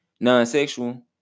non-sexual